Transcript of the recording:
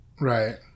Right